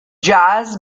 jazz